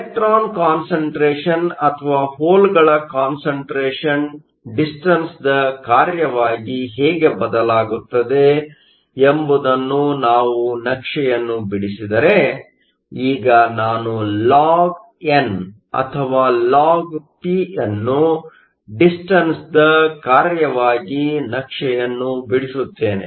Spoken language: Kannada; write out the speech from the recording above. ಇಲೆಕ್ಟ್ರಾನ್ ಕಾನ್ಷಂಟ್ರೇಷನ್Concentration ಅಥವಾ ಹೋಲ್ ಗಳ ಕಾನ್ಷಂಟ್ರೇಷನ್Concentration ಡಿಸ್ಟನ್ಸ್ದ ಕಾರ್ಯವಾಗಿ ಹೇಗೆ ಬದಲಾಗುತ್ತದೆ ಎಂಬುದನ್ನು ನಾವು ನಕ್ಷೆಯನ್ನು ಬಿಡಿಸಿದರೆ ಈಗ ನಾನು ಲಾಗ್ ಎನ್ log ಅಥವಾ ಲಾಗ್ ಪಿ log ಅನ್ನು ಡಿಸ್ಟನ್ಸ್Distanceದ ಕಾರ್ಯವಾಗಿ ನಕ್ಷೆಯನ್ನು ಬಿಡಿಸುತ್ತೇನೆ